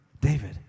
David